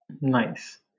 Nice